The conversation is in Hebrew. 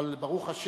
אבל ברוך השם,